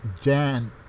Jan